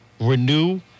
renew